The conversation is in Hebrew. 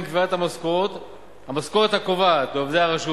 קביעת המשכורת הקובעת לעובדי הרשות.